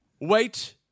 Wait